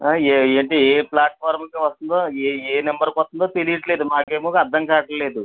ఏంటి ఏ ఫ్లాట్ఫార్మ్కి వస్తుందో ఏ ఏ నెంబర్కి వస్తుందో తెలియట్లేదు మాకేమో అర్ధం కావట్లేదు